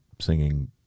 singing